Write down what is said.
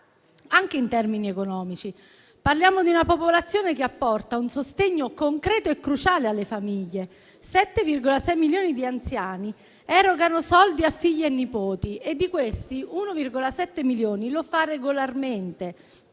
Anche in termini economici, parliamo di una popolazione che apporta un sostegno concreto e cruciale alle famiglie: 7,6 milioni di anziani erogano soldi a figli e nipoti e di questi 1,7 milioni lo fa regolarmente;